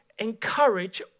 Encourage